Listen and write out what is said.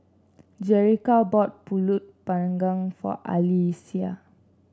Jerica bought pulut panggang for Alyssia